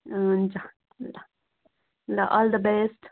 अँ हुन्छ ल ल अल द बेस्ट